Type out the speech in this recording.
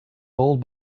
old